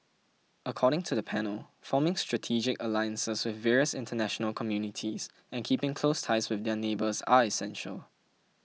according to the panel forming strategic alliances with various international communities and keeping close ties with their neighbours are essential